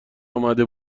آمده